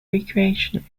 recreation